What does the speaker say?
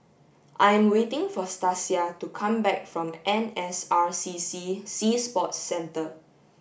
I am waiting for Stasia to come back from N S R C C Sea Sports Centre